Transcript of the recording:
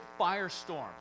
firestorm